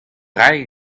rae